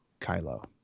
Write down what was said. kylo